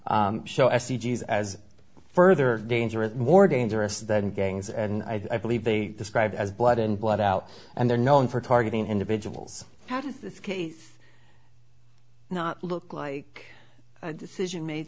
which show s e g s as further dangerous more dangerous than gangs and i believe they described as blood and blood out and they're known for targeting individuals how did this case not look like a decision made